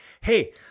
hey